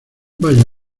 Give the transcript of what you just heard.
vaya